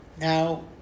Now